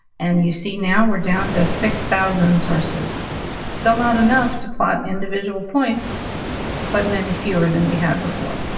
and you see now we're down to six thousand sources still not enough to plot individual points but many fewer than we had before.